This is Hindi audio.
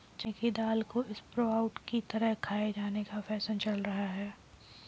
चने की दाल को स्प्रोउट की तरह खाये जाने का फैशन चल रहा है